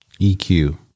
EQ